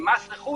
ממס רכוש